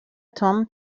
توم